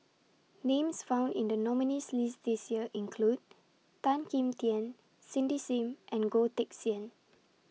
Names found in The nominees' list This Year include Tan Kim Tian Cindy SIM and Goh Teck Sian